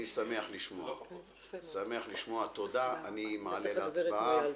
תודה לגב' מויאל,